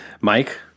Mike